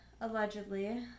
allegedly